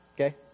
Okay